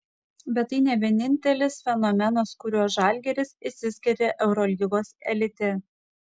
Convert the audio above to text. bet tai ne vienintelis fenomenas kuriuo žalgiris išskiria eurolygos elite